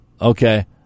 okay